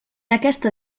aquesta